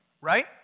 right